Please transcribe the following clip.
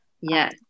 Yes